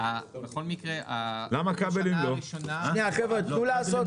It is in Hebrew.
בכל מקרה --- שנייה חבר'ה תנו לעשות את